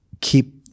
keep